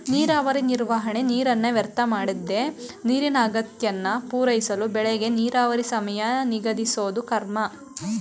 ನೀರಾವರಿ ನಿರ್ವಹಣೆ ನೀರನ್ನ ವ್ಯರ್ಥಮಾಡ್ದೆ ನೀರಿನ ಅಗತ್ಯನ ಪೂರೈಸಳು ಬೆಳೆಗೆ ನೀರಾವರಿ ಸಮಯ ನಿಗದಿಸೋದು ಕ್ರಮ